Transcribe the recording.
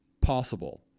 possible